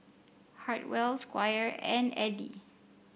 Hartwell Squire and Edie